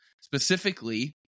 specifically